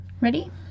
Ready